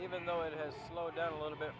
even though it has slowed down a little bit